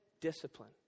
discipline